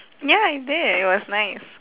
ya I did it was nice